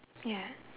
ya